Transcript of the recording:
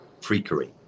freakery